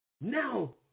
now